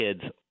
kids